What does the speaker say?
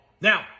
Now